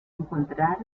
encontrar